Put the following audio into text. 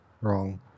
wrong